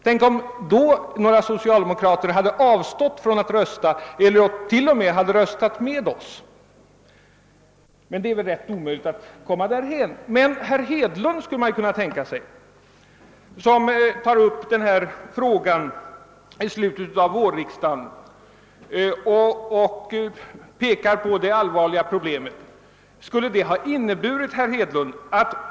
Tänk om några socialdemokrater då hade avstått från att rösta eller till och med hade röstat med oss! Men det är väl rätt omöjligt att tänka sig någonting sådant. Herr Hedlund pekar nu i slutet av vårriksdagen på detta allvarliga problem.